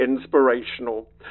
inspirational